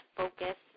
focus